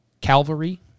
Calvary